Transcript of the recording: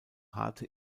harte